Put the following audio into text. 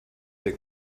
der